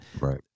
Right